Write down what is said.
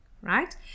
Right